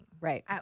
Right